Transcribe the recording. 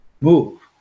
move